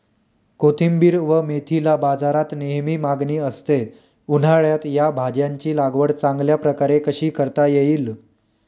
कोथिंबिर व मेथीला बाजारात नेहमी मागणी असते, उन्हाळ्यात या भाज्यांची लागवड चांगल्या प्रकारे कशी करता येईल?